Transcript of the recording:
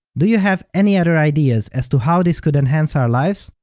do you have any other ideas as to how this could enhance our lives?